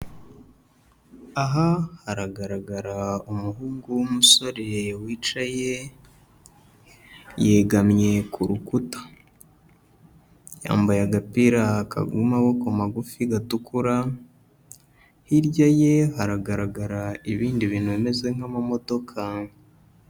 Aha haragaragara umuhungu w'umusore wicaye yegamye ku rukuta, yambaye agapira k'amaboko magufi gatukura, hirya ye haragaragara ibindi bintu bimeze nk'amamodoka.